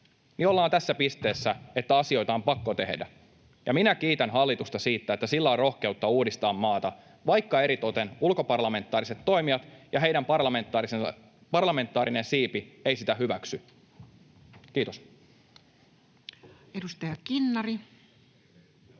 niin ollaan tässä pisteessä, että asioita on pakko tehdä. Ja minä kiitän hallitusta siitä, että sillä on rohkeutta uudistaa maata, vaikka eritoten ulkoparlamentaariset toimijat ja heidän parlamentaarinen siipensä eivät sitä hyväksy. — Kiitos. [Speech 291]